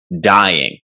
dying